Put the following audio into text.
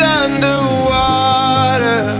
underwater